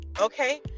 Okay